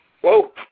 Whoa